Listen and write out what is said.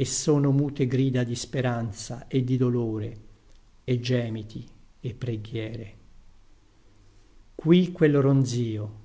e sono mute grida di speranza e di dolore e gemiti e preghiere qui quel ronzìo